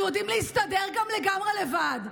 אנחנו יודעים להסתדר גם לגמרי לבד.